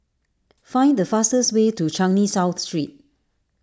find the fastest way to Changi South Street